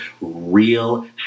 real